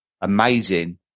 amazing